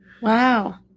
Wow